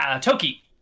Toki